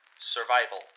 Survival